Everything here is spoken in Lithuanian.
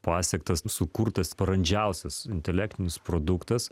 pasiektas sukurtas brandžiausias intelektinis produktas